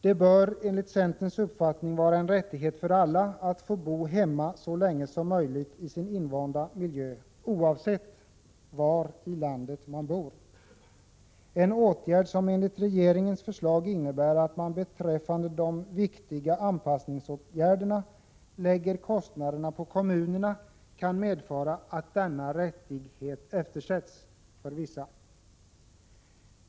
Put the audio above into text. Det bör enligt centerns uppfattning vara en rättighet för alla att få bo hemma i sin invanda miljö så länge som möjligt, oavsett var i landet man bor. Regeringens förslag beträffande de viktiga anpassningsåtgärderna innebär att man lägger kostnaderna för dessa på kommunerna, vilket kan medföra att denna rättighet eftersätts.